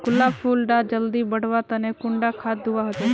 गुलाब फुल डा जल्दी बढ़वा तने कुंडा खाद दूवा होछै?